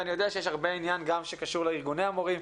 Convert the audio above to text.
ואני יודע שיש הרבה עניין גם שקשור לארגוני המורים,